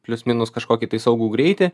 plius minus kažkokį tai saugų greitį